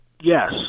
yes